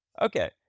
Okay